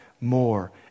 more